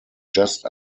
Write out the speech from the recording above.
just